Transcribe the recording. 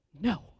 No